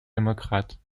démocrates